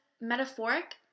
metaphoric